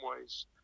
ways